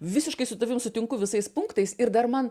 visiškai su tavim sutinku visais punktais ir dar man